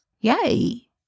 Yay